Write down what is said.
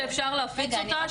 שאפשר להפיץ אותה,